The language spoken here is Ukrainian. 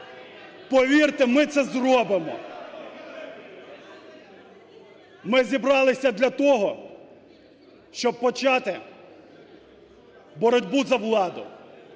Повірте, ми це зробимо! (Шум у залі) Ми зібралися для того, щоб почати боротьбу за владу,